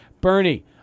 Bernie